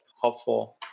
helpful